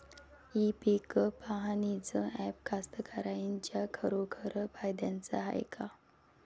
इ पीक पहानीचं ॲप कास्तकाराइच्या खरोखर फायद्याचं हाये का?